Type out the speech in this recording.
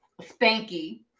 Spanky